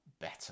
better